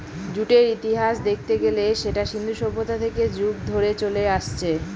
জুটের ইতিহাস দেখতে গেলে সেটা সিন্ধু সভ্যতা থেকে যুগ যুগ ধরে চলে আসছে